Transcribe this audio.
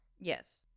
Yes